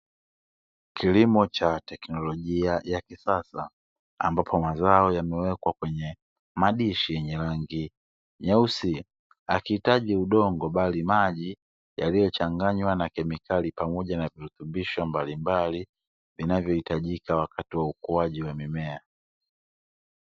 Kilmo cha teknolojia ya kisasa ambapo maji yamechanganywa na virutubisho mbalimbali